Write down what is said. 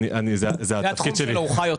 ההתמחות שלי.